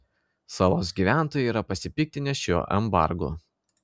salos gyventojai yra pasipiktinę šiuo embargu